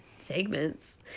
segments